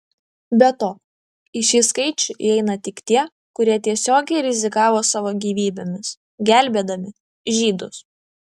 be to į šį skaičių įeina tik tie kurie tiesiogiai rizikavo savo gyvybėmis gelbėdami žydus